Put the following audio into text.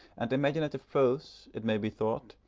and imaginative prose, it may be thought,